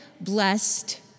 blessed